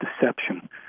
deception